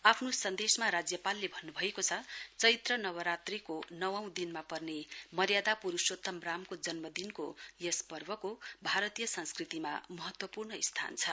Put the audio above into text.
आफ्नो सन्देसमा राज्यपालले भन्न् भएको छ चैत्र नवरात्रीको नवौंदिनमा पर्ने मर्यादा प्रूषोत्तम रामको जन्मदिन को यस पर्वको भारतीय संस्कृतिमा महत्वपूर्ण स्थान छ